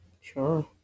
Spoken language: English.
Sure